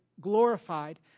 glorified